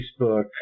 Facebook